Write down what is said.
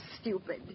stupid